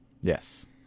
Yes